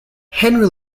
henry